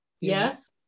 Yes